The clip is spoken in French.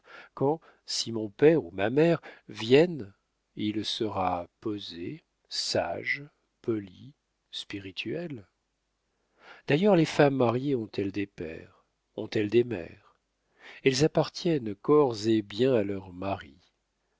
quand si mon père ou ma mère viennent il sera posé sage poli spirituel d'ailleurs les femmes mariées ont-elles des pères ont-elles des mères elles appartiennent corps et biens à leurs maris